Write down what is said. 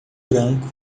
branco